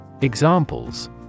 Examples